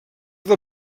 del